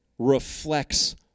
reflects